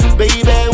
baby